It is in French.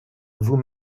vous